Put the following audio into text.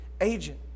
agent